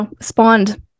spawned